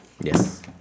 Yes